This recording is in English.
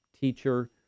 teacher